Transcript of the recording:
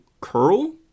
curl